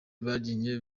babyinnye